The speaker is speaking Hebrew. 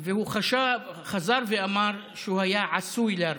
והוא חזר ואמר שהוא היה עשוי להרוויח.